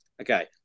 Okay